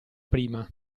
prima